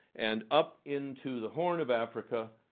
and up into the horn of africa,